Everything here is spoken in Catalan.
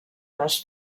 les